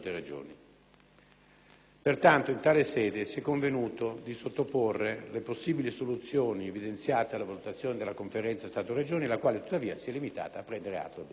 pertanto, in tale sede si è convenuto di sottoporre le possibili soluzioni evidenziate alla valutazione della Conferenza Stato-Regioni la quale, tuttavia, si è limitata a prendere atto del documento.